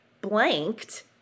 blanked